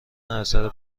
اثر